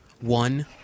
One